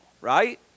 Right